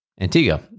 Antigua